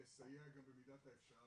לסייע גם במידת האפשר,